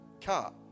car